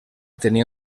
tenia